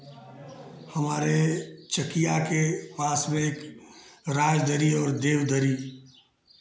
हमारे चकिया के पास में एक राजदरी और देबदरी